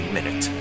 Minute